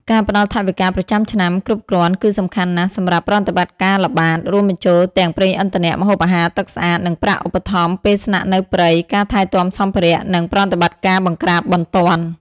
ការផ្តល់ថវិកាប្រចាំឆ្នាំគ្រប់គ្រាន់គឺសំខាន់ណាស់សម្រាប់ ប្រតិបត្តិការល្បាត រួមបញ្ចូលទាំងប្រេងឥន្ធនៈ ម្ហូបអាហារ ទឹកស្អាត និងប្រាក់ឧបត្ថម្ភពេលស្នាក់នៅព្រៃ ការថែទាំសម្ភារៈ និង ប្រតិបត្តិការបង្ក្រាបបន្ទាន់។